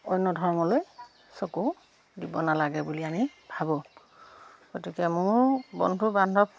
অন্য ধৰ্মলৈ চকু দিব নালাগে বুলি আমি ভাবোঁ গতিকে মোৰ বন্ধু বান্ধৱ